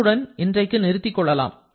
இத்துடன் இன்றைக்கு நிறுத்திக் கொள்ளலாம்